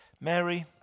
Mary